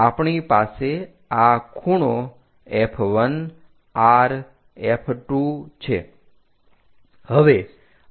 આપણી પાસે આ ખૂણો F1 R F2 છે